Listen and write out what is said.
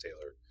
Taylor